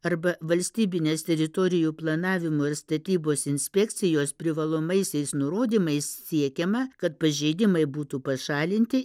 arba valstybinės teritorijų planavimo ir statybos inspekcijos privalomaisiais nurodymais siekiama kad pažeidimai būtų pašalinti